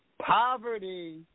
poverty